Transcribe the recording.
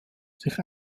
sich